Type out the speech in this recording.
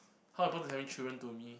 how important is having children to me